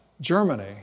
Germany